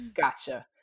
gotcha